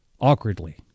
awkwardly